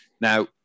Now